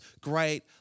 great